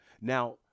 Now